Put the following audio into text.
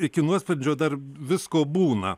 iki nuosprendžio dar visko būna